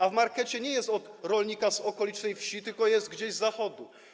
A w markecie nie ma towaru od rolnika z okolicznej wsi, tylko jest gdzieś z Zachodu.